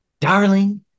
darling